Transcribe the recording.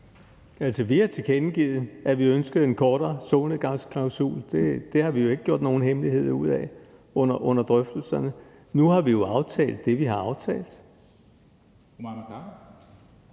Altså, vi har tilkendegivet, at vi ønskede en kortere solnedgangsklausul. Det har vi ikke gjort nogen hemmelighed ud af under drøftelserne. Nu har vi jo aftalt det, vi har aftalt.